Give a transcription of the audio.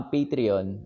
Patreon